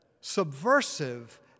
subversive